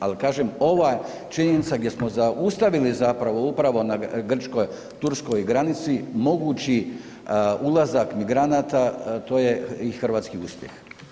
Ali kažem ova činjenica gdje smo zaustavili zapravo upravo na grčko-turskoj granici mogući ulazak migranata to je i hrvatski uspjeh.